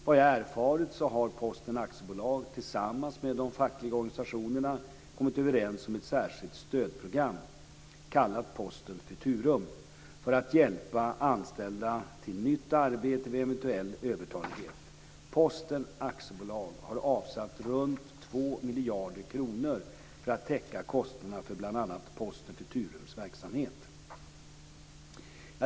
Vad jag erfarit har Posten AB tillsammans med de fackliga organisationerna kommit överens om ett särskilt stödprogram, kallat Posten Futurum, för att hjälpa anställda till nytt arbete vid eventuell övertalighet. Posten AB har avsatt runt 2 miljarder kronor för att täcka kostnaderna för bl.a.